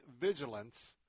vigilance